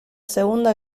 segunda